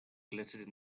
glittered